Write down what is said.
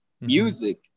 music